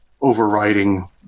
overriding